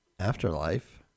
Afterlife